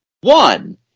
One